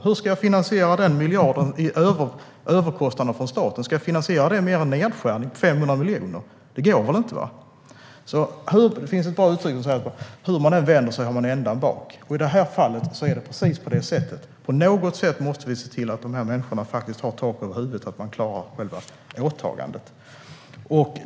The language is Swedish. Hur ska staten finansiera den miljarden i överkostnad? Ska det finansieras med er nedskärning på 500 miljoner? Det går inte. Det finns ett bra uttryck: Hur man vänder sig har man ändan bak. I detta fall är det precis så. På något sätt måste vi se till att dessa människor har tak över huvudet och att vi klarar av själva åtagandet.